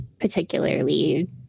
particularly